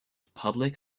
public